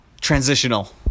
transitional